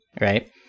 right